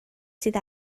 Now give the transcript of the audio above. sydd